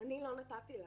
לא נתתי לה